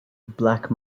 black